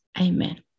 Amen